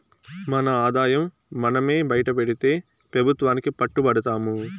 మన ఆదాయం మనమే బైటపెడితే పెబుత్వానికి పట్టు బడతాము